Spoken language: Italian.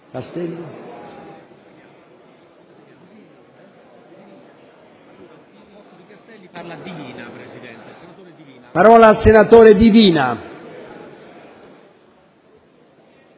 parlare il senatore Divina.